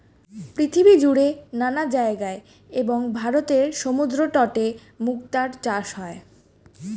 পৃথিবীজুড়ে নানা জায়গায় এবং ভারতের সমুদ্রতটে মুক্তার চাষ হয়